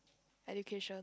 education